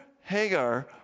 Hagar